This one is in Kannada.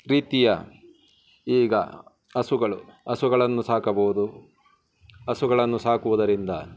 ರೀತಿಯ ಈಗ ಹಸುಗಳು ಹಸುಗಳನ್ನು ಸಾಕಬೋದು ಹಸುಗಳನ್ನು ಸಾಕುವುದರಿಂದ